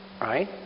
right